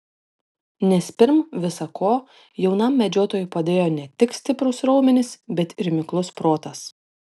nes pirm visa ko jaunam medžiotojui padėjo ne tik stiprūs raumenys bet ir miklus protas